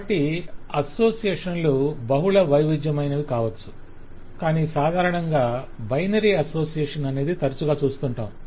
కాబట్టి అసోసియేషన్లు బహుళ వైవిధ్యమైనవి కావచ్చు కాని సాధారణంగా బైనరీ అసోసియేషన్ అనేది తరచుగా చూస్తుంటాము